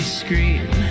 screen